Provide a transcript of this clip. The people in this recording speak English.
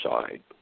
side